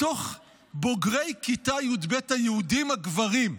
מתוך בוגרי כיתה י"ב, היהודים הגברים,